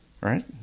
right